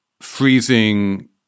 freezing